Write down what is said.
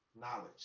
Knowledge